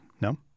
no